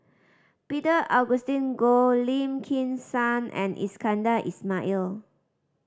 Peter Augustine Goh Lim Kim San and Iskandar Ismail